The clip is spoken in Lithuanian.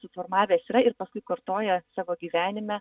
suformavęs yra ir paskui kartoja savo gyvenime